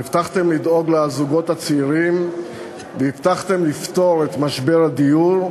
הבטחתם לדאוג לזוגות הצעירים והבטחתם לפתור את משבר הדיור.